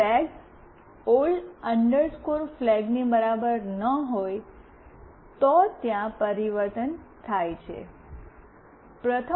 જો flag old flag ની બરાબર ન હોય તો ત્યાં પરિવર્તન થાય છે